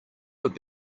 would